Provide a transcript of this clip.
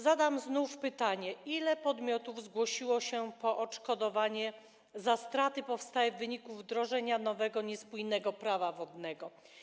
Zadam znów pytanie: Ile podmiotów zgłosiło się po odszkodowanie za straty powstałe w wyniku wdrożenia nowego, niespójnego Prawa wodnego?